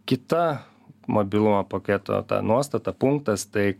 kita mobilumo paketo ta nuostata punktas tai